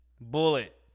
Bullet